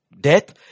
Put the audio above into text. death